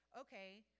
Okay